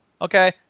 Okay